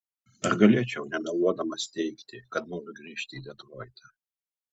ar galėčiau nemeluodamas teigti kad noriu grįžti į detroitą